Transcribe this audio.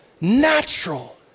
natural